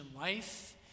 life